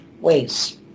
ways